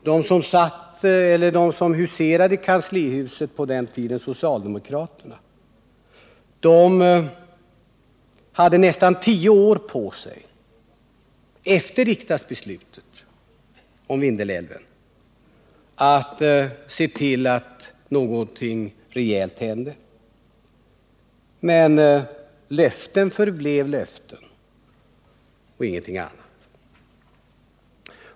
De som huserade i kanslihuset på den tiden —socialdemokraterna — hade nästan 10 år på sig, efter rixsdagsbeslutet om Vindelälven, att se till att någonting rejält hände. Men löften förblev löften och ingenting annat.